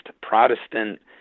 Protestant